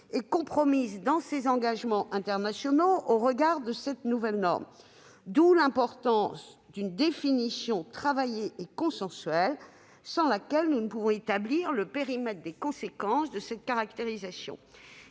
et compromise dans ses engagements internationaux au regard de cette nouvelle norme. D'où l'importance d'une définition travaillée et consensuelle, sans laquelle nous ne pouvons établir le périmètre des conséquences de cette caractérisation.